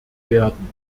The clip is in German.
werden